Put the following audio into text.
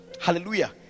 hallelujah